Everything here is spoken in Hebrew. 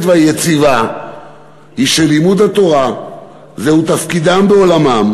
והיציבה היא שלימוד התורה זהו תפקידם בעולמם,